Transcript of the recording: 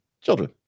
children